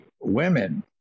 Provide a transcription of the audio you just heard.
women